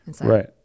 Right